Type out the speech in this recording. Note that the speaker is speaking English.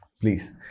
Please